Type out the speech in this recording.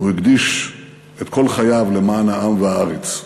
הוא הקדיש את כל חייו למען העם והארץ.